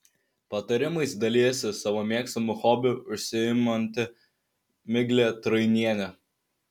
patarimais dalijasi savo mėgstamu hobiu užsiimanti miglė trainienė